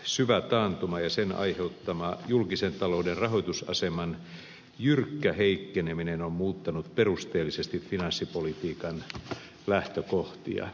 syvä taantuma ja sen aiheuttama julkisen talouden rahoitusaseman jyrkkä heikkeneminen on muuttanut perusteellisesti finanssipolitiikan lähtökohtia